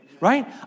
Right